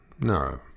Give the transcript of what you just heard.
No